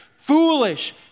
foolish